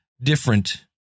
different